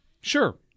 Sure